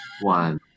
one